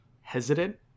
hesitant